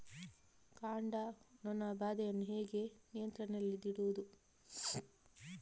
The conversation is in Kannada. ಕಾಂಡ ನೊಣ ಬಾಧೆಯನ್ನು ಹೇಗೆ ನಿಯಂತ್ರಣದಲ್ಲಿಡುವುದು?